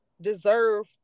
deserve